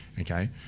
Okay